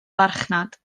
farchnad